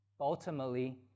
Ultimately